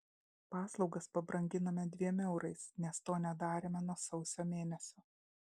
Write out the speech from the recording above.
paslaugas pabranginome dviem eurais nes to nedarėme nuo sausio mėnesio